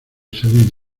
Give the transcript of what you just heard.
salir